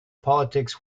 politics